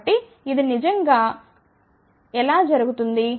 కాబట్టి ఇది నిజంగా ఎలా జరుగుతుంది